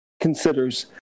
considers